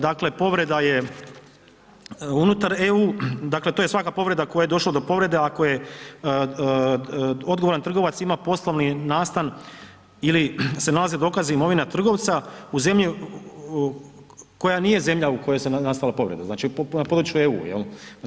Dakle, povreda je unutar EU, dakle to je svaka povreda do koje je došlo, do povrede ako je odgovoran trgovac ima poslovni nastan ili se nalaze dokazi i imovina trgovca u zemlji koja nije zemlja u kojoj se nastala povreda, znači na području EU jel?